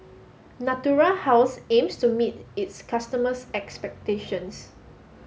Natura House aims to meet its customers' expectations